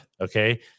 Okay